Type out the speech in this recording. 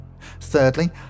Thirdly